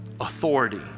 authority